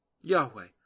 Yahweh